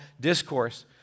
discourse